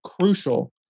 crucial